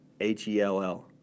H-E-L-L